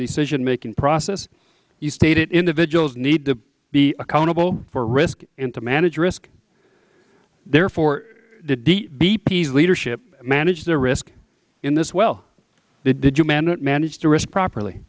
decision making process he stated individuals need to be accountable for risk and to manage risk therefore the deep bp's leadership manage the risk in this well they did you manage to rest properly